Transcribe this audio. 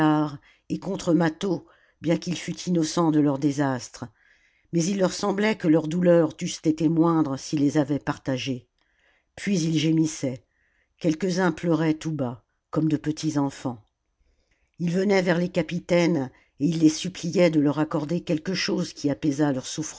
et contre mâtho bien qu'il fût innocent de leur désastre mais il leur semblait que leurs douleurs eussent été moindres s'il les avait partagées puis ils gémissaient quelques-uns pleuraient tout bas comme de petits enfants ils venaient vers les capitaines et ils les suppliaient de leur accorder quelque chose qui apaisât leurs